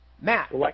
Matt